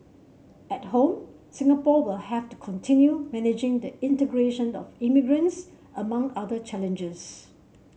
at home Singapore will have to continue managing the integration of immigrants among other challenges